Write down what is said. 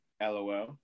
LOL